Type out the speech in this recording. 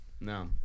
No